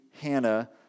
Hannah